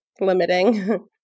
limiting